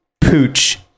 Pooch